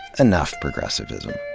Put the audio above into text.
enough progressivism.